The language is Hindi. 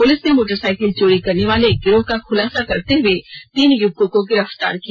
पुलिस ने मोटरसाईकिल चोरी करने वाले एक गिरोह का खुलासा करते हुए तीन युवकों को गिरफतार किया